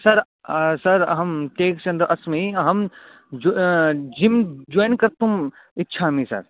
sir sir अहं तेश्चन्दः अस्मि अहं जु जिम् जोइन् कर्तुम् इच्छामि सर्